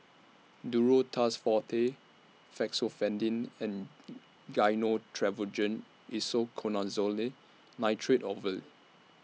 Duro Tuss Forte Fexofenadine and Gyno Travogen Isoconazole Nitrate Ovule